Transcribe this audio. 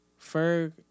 Ferg